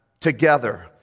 together